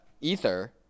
Ether